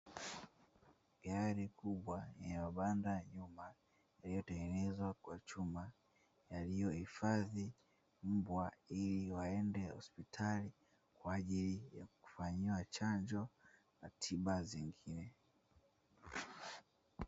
Gari kubwa yenye mabanda nyuma lilitongenezwa kwa chuma, iliyohifadhi mbwa ili waende hospitali kwa ajili ya kufanyiwa chanjo na tiba zingine.